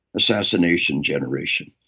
assassination generation.